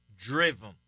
driven